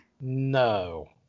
No